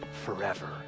forever